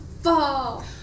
fall